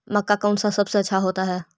मक्का कौन सा सबसे अच्छा होता है?